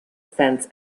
fence